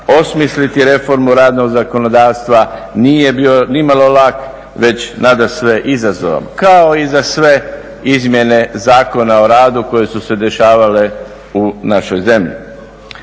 osmisliti reformu radnog zakonodavstva nije bio nimalo lak već nadasve izazovan kao i za sve izmjene Zakona o radu koje su se dešavale u našoj zemlji.